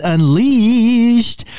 Unleashed